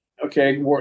Okay